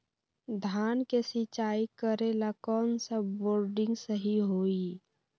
धान के सिचाई करे ला कौन सा बोर्डिंग सही होई?